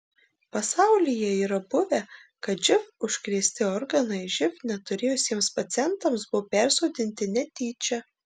pasaulyje yra buvę kad živ užkrėsti organai živ neturėjusiems pacientams buvo persodinti netyčia